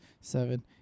seven